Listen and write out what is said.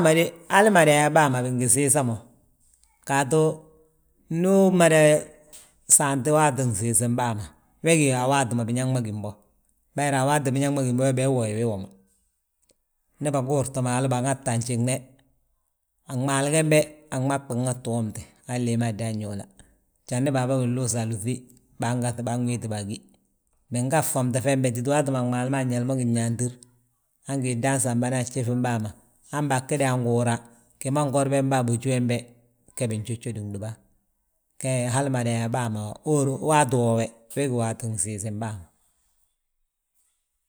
Hamma de hal mada yaa baa ma bingi siisa mo. Gaatu ndu umada saanti waatin nsiisam bàa ma we gí a waati ma biñaŋ ma gím bo. Bayira a waati ma biñaŋ ma gím bo, we bee wwooye wii woma. Ndi bagurtu maalu baŋata a njiŋne, a gmaalu gembe a gmaa gi binŋati womte, han leey ma dan yóola. Njandi baa bege nluusi alúŧi bangaŧi, banwéeti bà a gi. Binga ffomte fembe titi waati gmaali ma nyali mo ginyaantir, han gi dan sambana a gjifim bàa ma. Han baagi dan guura, gi ma ngor bembe a boji wembe, ge binjójodi gdúba. Ge hal mada yaa baa ma waati woo we, we gí waati gin siisim bàa ma.